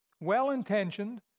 well-intentioned